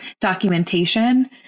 documentation